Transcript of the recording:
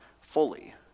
fully